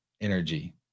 energy